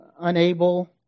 unable